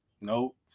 nope